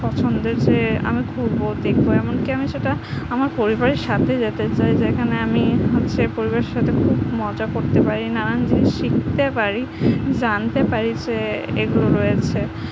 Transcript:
পছন্দের যে আমি ঘুরবো দেখবো এমনকি আমি সেটা আমার পরিবারের সাথে যেতে চাই যেখানে আমি হচ্ছে পরিবারের সাথে খুব মজা করতে পারি নানান জিনিস শিখতে পারি জানতে পারি যে এগুলো রয়েছে